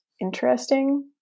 interesting